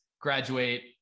graduate